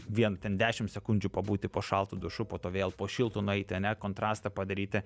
vien ten dešimt sekundžių pabūti po šaltu dušu po to vėl po šiltu nueiti ar ne kontrastą padaryti